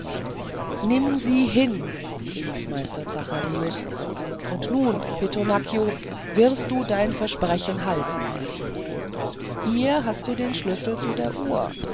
nimm sie hin rief meister zacharius und nun pittonaccio wirst du dein versprechen halten hier hast du den schlüssel zu der uhr